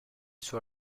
sur